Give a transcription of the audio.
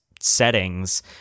settings